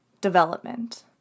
development